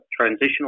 transitional